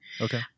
Okay